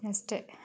ಅಷ್ಟೆ